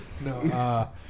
No